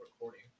recording